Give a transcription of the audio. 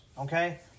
Okay